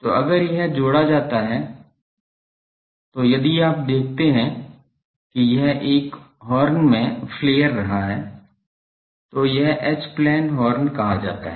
तो अगर यह जोड़ा जाता है तो यदि आप देखते हैं कि यह एक हॉर्न में भड़क रहा है तो यह एच प्लेन हॉर्न कहा जाता है